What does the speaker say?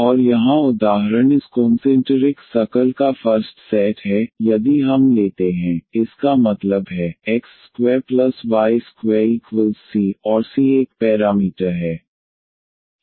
और यहाँ उदाहरण इस कोनसेंटरिक सर्कल का फर्स्ट सेट है यदि हम लेते हैं इसका मतलब है x2y2c और c एक पैरामीटर है